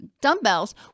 dumbbells